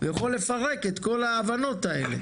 ויכול לפרק את כל ההבנות האלה.